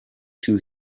two